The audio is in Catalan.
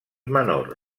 menors